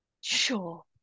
Sure